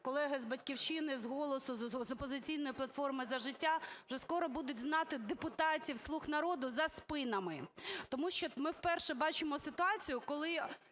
колеги з "Батьківщини", з "Голосу", з "Опозиційної платформи - За життя" вже скоро будуть знати депутатів "Слуга народу" за спинами. Тому що ми вперше бачимо ситуацію, коли